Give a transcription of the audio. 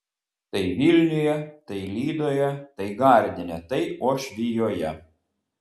tai vilniuje tai lydoje tai gardine tai uošvijoje